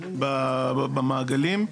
במעגלים.